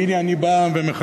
והנה אני בא ומחדש,